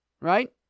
right